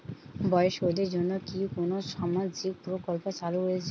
বয়স্কদের জন্য কি কোন সামাজিক প্রকল্প চালু রয়েছে?